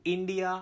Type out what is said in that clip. India